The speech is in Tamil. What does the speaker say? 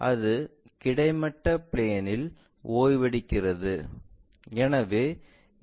அது கிடைமட்ட பிளேன்இல் ஓய்வெடுக்கிறது எனவே இந்த கோடு ஒத்துப்போகிறது